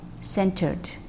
centered